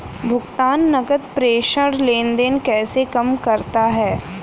भुगतान नकद प्रेषण लेनदेन कैसे काम करता है?